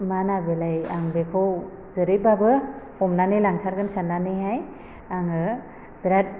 मा ना बेलाय आं बेखौ जेरैबाबो हमनानै लांथारगोन सान्नानैहाय आङो बिराथ